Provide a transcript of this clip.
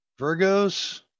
Virgos